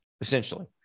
essentially